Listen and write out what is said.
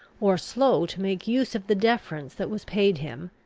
or slow to make use of the deference that was paid him,